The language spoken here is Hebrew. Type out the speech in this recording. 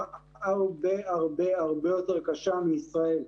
הרבה הרבה הרבה יותר קשה מאשר ישראל,